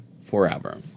forever